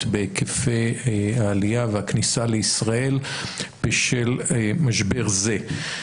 בהיקפי העלייה והכניסה לישראל בשל משבר זה.